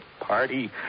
party